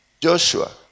Joshua